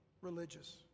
religious